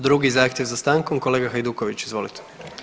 Drugi zahtjev za stankom kolega Hajduković, izvolite.